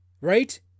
Right